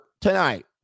tonight